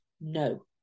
no